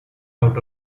out